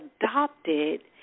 adopted